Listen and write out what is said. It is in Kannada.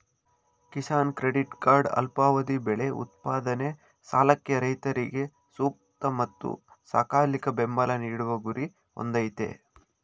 ಕಿಸಾನ್ ಕ್ರೆಡಿಟ್ ಕಾರ್ಡ್ ಅಲ್ಪಾವಧಿ ಬೆಳೆ ಉತ್ಪಾದನೆ ಸಾಲಕ್ಕೆ ರೈತರಿಗೆ ಸೂಕ್ತ ಮತ್ತು ಸಕಾಲಿಕ ಬೆಂಬಲ ನೀಡುವ ಗುರಿ ಹೊಂದಯ್ತೆ